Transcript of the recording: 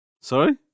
Sorry